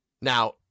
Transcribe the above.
Now